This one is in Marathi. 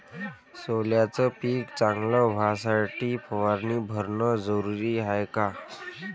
सोल्याचं पिक चांगलं व्हासाठी फवारणी भरनं जरुरी हाये का?